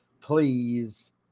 Please